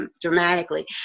dramatically